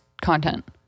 content